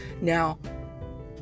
now